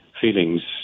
feelings